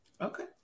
Okay